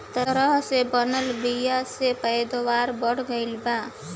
तरह से बनल बीया से पैदावार बढ़ गईल बा